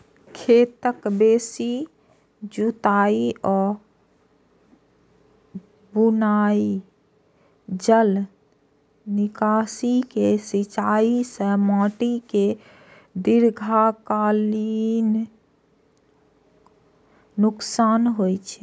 खेतक बेसी जुताइ आ बिना जल निकासी के सिंचाइ सं माटि कें दीर्घकालीन नुकसान होइ छै